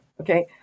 Okay